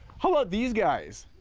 how about these guys?